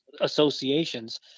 associations